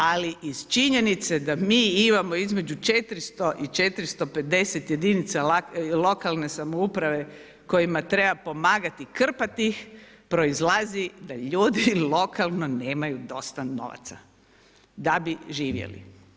Ali iz činjenice da mi imamo između 400 i 350 jedinica lokalne samouprave kojima treba pomagati i krpati ih proizlazi da ljudi lokalno nemaju dosta novaca da bi živjeli.